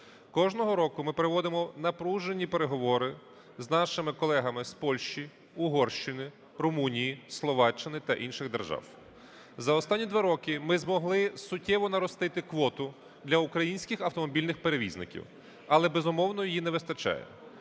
Кожного року ми проводимо напружені переговори з нашими колегами з Польщі, Угорщини, Румунії, Словаччини та інших держав. За останні два роки ми змогли суттєво наростити квоту для українських автомобільних перевізників, але, безумовно, її не вистачає.